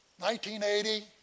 1980